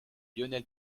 lionel